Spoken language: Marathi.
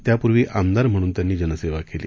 त्यापूर्वी आमदार म्हणून त्यांनी जनसेवा केली